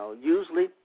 usually